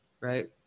Right